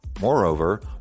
Moreover